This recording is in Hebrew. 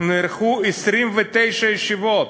נערכו 29 ישיבות.